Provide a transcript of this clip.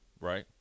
right